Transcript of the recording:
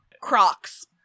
Crocs